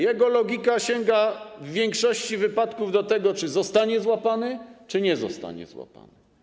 Jego logika sięga w większości wypadków do tego, czy zostanie złapany, czy nie zostanie złapany.